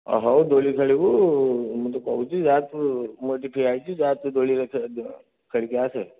ଅ ହୋଉ ଦୋଳି ଖେଳିବୁ ମୁଁ ତ କହୁଛି ଯା ତୁ ମୁଁ ଏଠି ଠିଆ ହୋଇଛି ଯା ତୁ ଦୋଳିରେ ଖେଳିକି ଆସେ